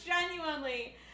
genuinely